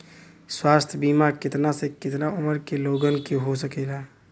स्वास्थ्य बीमा कितना से कितना उमर के लोगन के हो सकेला?